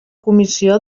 comissió